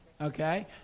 Okay